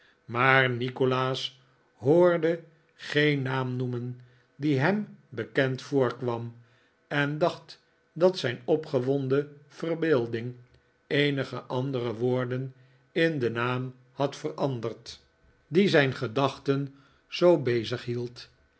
maar nikolaas hoorde geen naam noemen die hem bekend voorkwam en dacht dat zijn opgewonden verbeelding eenige andere woorden in den naam had veranderd die zijn gedachten zoo